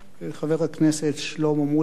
חבר הכנסת שלמה מולה,